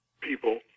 people